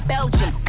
Belgium